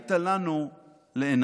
והיית לנו לעיניים.